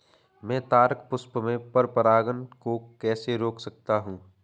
मैं तारक पुष्प में पर परागण को कैसे रोक सकता हूँ?